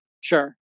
Sure